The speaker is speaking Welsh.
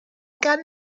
gan